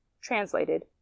translated